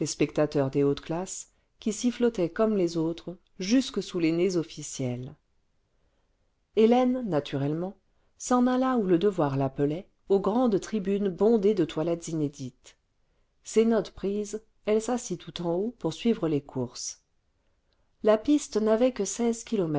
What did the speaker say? spectateurs des hautes classes qui sifflotaient comme les autres jusque sous les nez officiels hélène naturellement s'en alla où le devoir l'appelait aux grandes tribunes bondées de toilettes inédites ses notes prises elle s'assit tout en haut pour suivre les courses la piste n'avait que seize